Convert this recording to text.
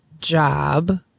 job